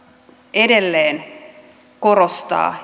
edelleen korostaa